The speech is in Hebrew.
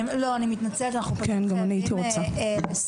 לא, אני מתנצלת, אנחנו פשוט חייבים לסיים.